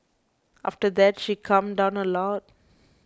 after that she calmed down a lot